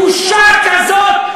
בושה כזאת.